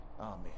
Amen